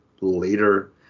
later